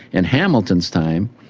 and hamilton's time,